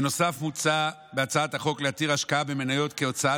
בנוסף מוצע בהצעת החוק להכיר השקעה במניות כהוצאה